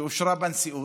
שאושרה בנשיאות,